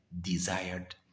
desired